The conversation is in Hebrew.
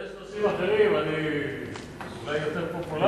יש נושאים אחרים אולי יותר פופולריים.